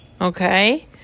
Okay